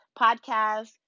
podcast